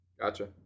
Gotcha